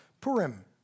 Purim